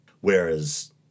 Whereas